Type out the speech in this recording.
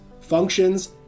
functions